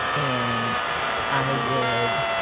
and i would